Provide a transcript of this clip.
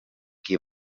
qui